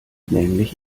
nämlich